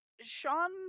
Sean